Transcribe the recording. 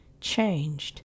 changed